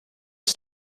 was